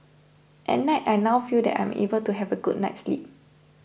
at night I now feel that I am able to have a good night's sleep